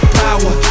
power